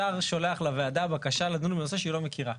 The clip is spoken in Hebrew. השר שולח לוועדה בקשה לדון בנושא שהיא לא מכירה.